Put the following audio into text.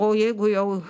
o jeigu jau